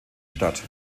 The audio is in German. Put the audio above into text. statt